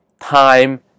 time